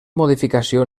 modificació